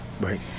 Right